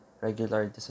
regular